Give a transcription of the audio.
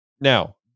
Now